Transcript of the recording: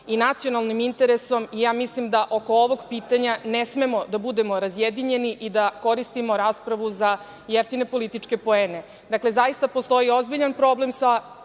i nacionalnim interesom. Mislim da oko ovog pitanja ne smemo da budemo razjedinjeni i da koristimo raspravu za jeftine političke poene. Dakle, zaista postoji ozbiljan problem i